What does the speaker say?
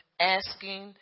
asking